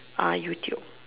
YouTube